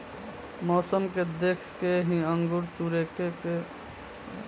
मौसम के देख के ही अंगूर तुरेके के समय के निर्धारित कईल जाला